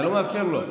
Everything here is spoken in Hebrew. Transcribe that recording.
אתה לא מאפשר לו.